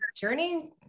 journey